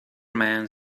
man